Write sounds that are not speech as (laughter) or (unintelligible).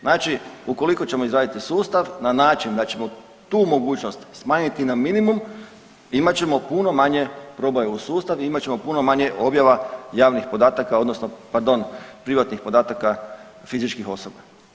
Znači, ukoliko ćemo izgraditi sustav na način da ćemo tu mogućnost smanjiti na minimum imat ćemo puno manje … (unintelligible) u sustav i imat ćemo puno manje objava javnih podataka odnosno, pardon privatnih podataka fizičkih osoba.